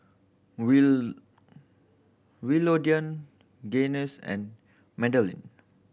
will Willodean Gaines and Madalynn